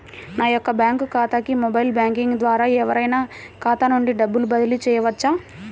నా యొక్క బ్యాంక్ ఖాతాకి మొబైల్ బ్యాంకింగ్ ద్వారా ఎవరైనా ఖాతా నుండి డబ్బు బదిలీ చేయవచ్చా?